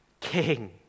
king